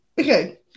Okay